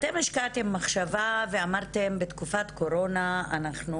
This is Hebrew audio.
אתם השקעתם מחשבה ואמרתם שבתקופת קורונה אתם